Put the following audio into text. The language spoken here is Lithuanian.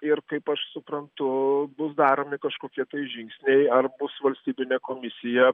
ir kaip aš suprantu bus daromi kažkokie žingsniai ar bus valstybinė komisija